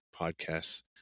podcasts